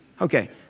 Okay